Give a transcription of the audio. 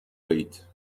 wait